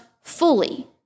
fully